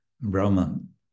Brahman